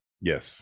Yes